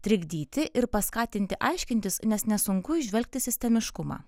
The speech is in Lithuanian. trikdyti ir paskatinti aiškintis nes nesunku įžvelgti sistemiškumą